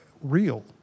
real